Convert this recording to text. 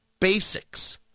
basics